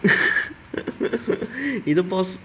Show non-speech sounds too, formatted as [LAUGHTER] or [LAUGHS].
[LAUGHS] 你的 boss